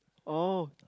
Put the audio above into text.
oh